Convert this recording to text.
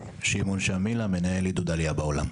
שמעון שמילה, מנהל עידוד עלייה בעולם.